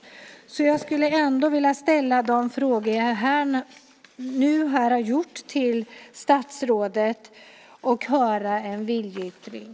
Jag skulle ändå vilja ställa dessa frågor till statsrådet och höra en viljeyttring.